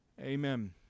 Amen